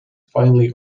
finally